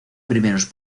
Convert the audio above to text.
primeros